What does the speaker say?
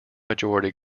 majority